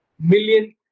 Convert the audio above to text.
million